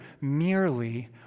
merely